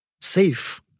safe